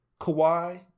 Kawhi